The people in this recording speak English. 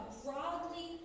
broadly